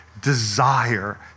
desire